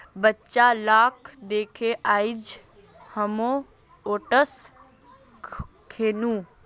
बच्चा लाक दखे आइज हामो ओट्स खैनु